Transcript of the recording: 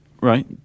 Right